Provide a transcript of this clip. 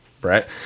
Brett